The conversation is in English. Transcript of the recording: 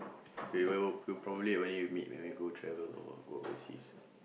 we will we probably will meet when we go travel or go overseas